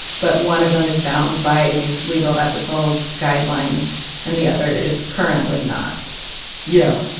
but one of them is bound by these legal ethical guidelines and the other is currently not yeah.